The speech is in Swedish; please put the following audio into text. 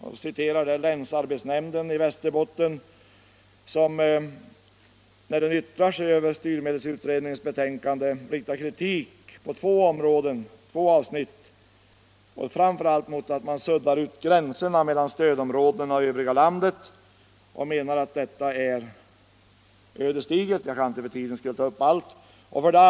Man citerar länsarbetsnämnden i Västerbotten, som när den yttrar sig över styrmedelsutredningen riktar kritik på två avsnitt mot denna, framför allt mot att den suddar ut gränserna mellan stödområdena och det övriga landet, vilket man menar är ödesdigert. Jag kan inte ägna tid åt att läsa upp allt vad som skrivs.